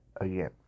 again